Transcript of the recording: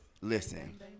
Listen